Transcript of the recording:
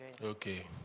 Okay